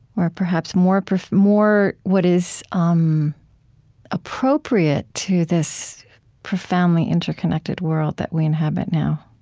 or perhaps more more what is um appropriate to this profoundly interconnected world that we inhabit now